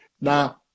Now